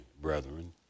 brethren